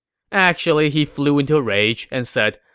actually, he flew into a rage and said,